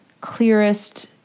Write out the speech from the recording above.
clearest